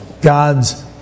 God's